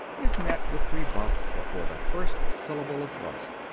is met with rebuff before the first syllable is voiced.